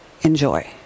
enjoy